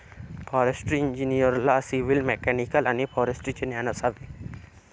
forestry इंजिनिअरला civil, mechanical आणि फॉरेस्ट्रीचे ज्ञान असावे